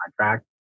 contract